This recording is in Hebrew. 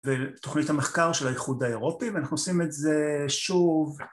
ותוכנית המחקר של האיחוד האירופי ואנחנו עושים את זה שוב